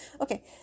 Okay